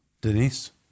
Denise